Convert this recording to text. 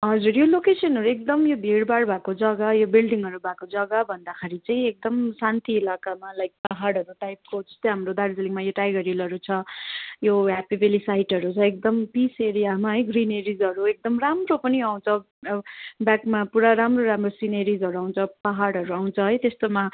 हजुर यो लोकेसनहरू एकदम यो भिडभाड भएको जग्गा यो बिल्डिङहरू भएको जग्गा भन्दाखेरि चाहिँ एकदम शान्ति इलाकामा लाइक पाहाडहरू टाइपको जस्तै हाम्रो दार्जिलिङमा यो टाइगर हिलहरू छ यो ह्याप्पी भ्याली साइटहरू छ एकदम पिस एरियामा है ग्रिनेरिजहरू एकदम राम्रो पनि आउँछ ब्याकमा पुरा राम्रो राम्रो सिनेरिजहरू आउँछ पाहाडहरू आउँछ है त्यस्तोमा